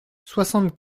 soixante